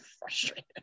frustrated